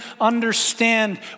understand